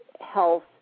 health